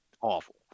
awful